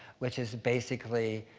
which is, basically,